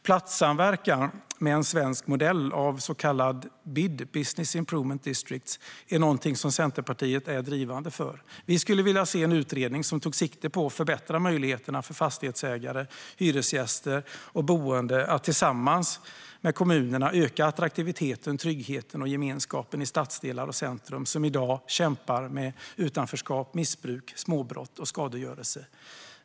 Platssamverkan med en svensk modell av så kallade BID, business improvement districts, är något som Centerpartiet är drivande för. Vi skulle vilja se en utredning som tar sikte på att förbättra möjligheterna för fastighetsägare, hyresgäster och boende att tillsammans med kommunerna öka attraktiviteten, tryggheten och gemenskapen i stadsdelar och centrum som i dag kämpar med utanförskap, missbruk, småbrott och skadegörelse.